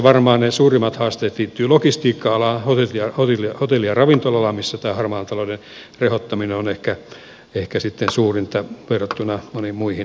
varmaan ne suurimmat haasteet liittyvät logistiikka alaan hotelli ja ravintola alaan missä tämä harmaan talouden rehottaminen on ehkä sitten suurinta verrattuna moniin muihin aloihin